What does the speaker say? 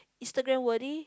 Instagram worthy